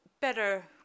better